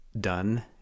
done